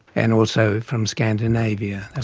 and also from scandinavia. and